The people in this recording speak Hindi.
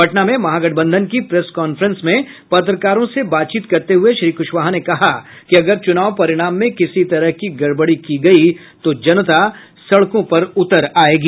पटना में महागठबंधन की प्रेस कॉफ़ेंस में पत्रकारों से बातचीत करते हुए श्री कुशवाहा ने कहा कि अगर चुनाव परिणाम में किसी तरह की गड़बड़ी की गयी तो जनता सड़कों पर उतर आयेगी